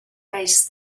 based